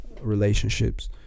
relationships